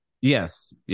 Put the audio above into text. Yes